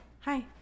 Hi